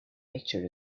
picture